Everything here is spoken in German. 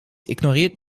ignoriert